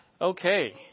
Okay